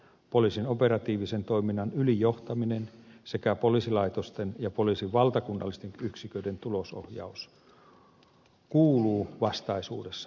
poliisin operatiivisen toiminnan ylin johtaminen sekä poliisilaitosten ja poliisin valtakunnallisten yksiköiden tulosohjaus kuuluu vastaisuudessa poliisihallituksen tehtäviin